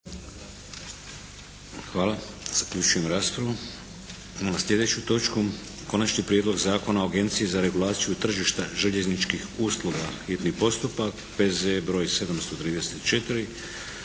Vladimir (HDZ)** Idemo na sljedeću točku - Konačni prijedlog Zakona o Agenciji za regulaciju tržišta željezničkih usluga, hitni postupak, prvo i